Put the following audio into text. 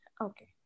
Okay